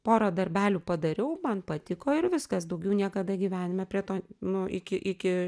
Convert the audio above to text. pora darbelių padariau man patiko ir viskas daugiau niekada gyvenime prie to nuo iki iki